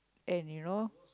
and you know